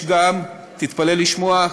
יש גם, תתפלא לשמוע,